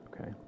okay